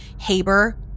Haber